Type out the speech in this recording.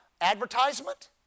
advertisement